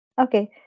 Okay